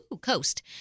coast